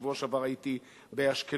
בשבוע שעבר הייתי באשקלון.